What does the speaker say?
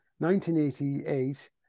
1988